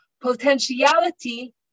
potentiality